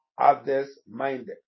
others-minded